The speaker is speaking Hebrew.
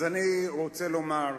אז אני רוצה לומר,